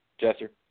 Jester